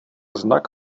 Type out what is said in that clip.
znak